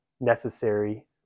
necessary